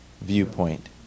viewpoint